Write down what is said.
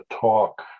talk